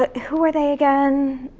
ah who were they again?